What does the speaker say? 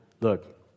look